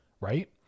right